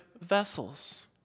vessels